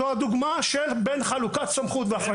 זוהי דוגמה של חלוקת סמכות ואחריות.